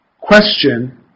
question